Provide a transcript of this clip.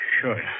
sure